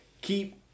keep